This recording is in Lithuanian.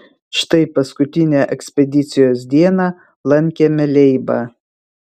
štai paskutinę ekspedicijos dieną lankėme leibą